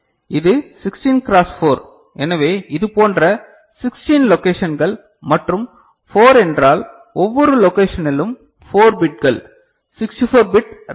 இது 16 க்ராஸ் 4 எனவே இதுபோன்ற 16 லொகேஷன்கள் மற்றும் 4 என்றால் ஒவ்வொரு லோகேஷனிலும் 4 பிட்கள் 64 பிட் ரேம்